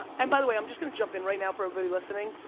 and by the way, i'm just gonna jump in right now, for everybody listening.